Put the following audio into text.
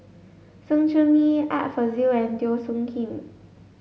Sng Choon Yee Art Fazil and Teo Soon Kim